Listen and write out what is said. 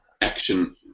action